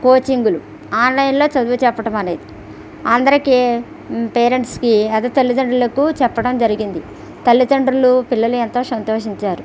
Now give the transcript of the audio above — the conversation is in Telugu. కోచింగ్లు ఆన్లైన్లో చదువు చెప్పడమనేది అందరికి పేరెంట్స్కి అది తల్లిదండ్రులకు చెప్పడం జరిగింది తల్లిదండ్రులు పిల్లలు ఎంతో సంతోషించారు